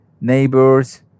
neighbors